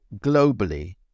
globally